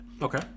Okay